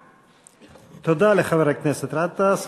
תודה לחבר הכנסת גטאס.